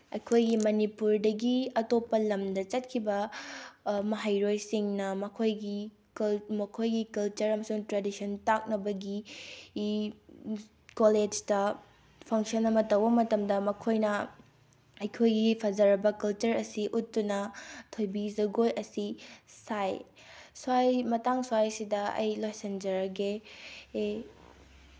ꯑꯩꯈꯣꯏꯒꯤ ꯃꯅꯤꯄꯨꯔꯗꯒꯤ ꯑꯇꯣꯞꯄ ꯂꯝꯗ ꯆꯠꯈꯤꯕ ꯃꯍꯩꯔꯣꯏꯁꯤꯡꯅ ꯃꯈꯣꯏꯒꯤ ꯃꯈꯣꯏꯒꯤ ꯀꯜꯆꯔ ꯑꯃꯁꯨꯡ ꯇ꯭ꯔꯦꯗꯤꯁꯟ ꯇꯥꯛꯅꯕꯒꯤ ꯀꯣꯂꯦꯖꯇ ꯐꯪꯁꯟ ꯑꯃ ꯇꯧꯕ ꯃꯇꯝꯗ ꯃꯈꯣꯏꯅ ꯑꯩꯈꯣꯏꯒꯤ ꯐꯖꯔꯕ ꯀꯜꯆꯔ ꯑꯁꯤ ꯎꯠꯇꯨꯅ ꯊꯣꯏꯕꯤ ꯖꯒꯣꯏ ꯑꯁꯤ ꯁꯥꯏ ꯁ꯭ꯋꯥꯏ ꯃꯇꯥꯡ ꯁ꯭ꯋꯥꯏꯁꯤꯗ ꯑꯩ ꯂꯣꯏꯁꯟꯖꯔꯒꯦ ꯑꯦ